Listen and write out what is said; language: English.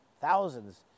thousands